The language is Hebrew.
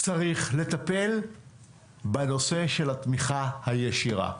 צריך לטפל בנושא של התמיכה הישירה.